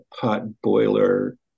pot-boiler